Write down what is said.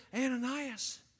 Ananias